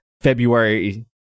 February